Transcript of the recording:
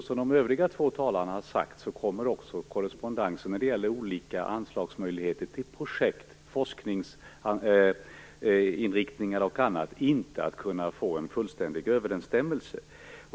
Som de övriga två talarna har sagt kommer inte heller korrespondensen när det gäller olika anslagsmöjligheter till projekt, forskningsinriktningar och annat att kunna få en fullständig överensstämmelse.